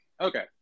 Okay